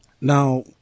Now